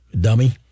dummy